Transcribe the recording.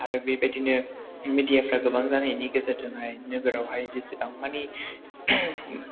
आरो बेबायदिनो मिडिया फ्रा गोबां जानायनि गेजेरजोंहाय नोगोरावहाय जेसेबां मानि